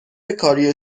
کاری